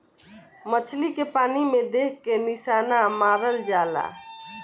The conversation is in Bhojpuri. मछली के पानी में देख के निशाना मारल जाला